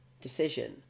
decision